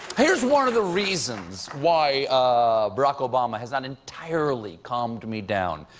here's one of the reasons why barack obama hasn't entirely calmed me down.